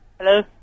Hello